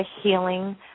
healing